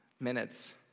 minutes